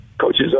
coaches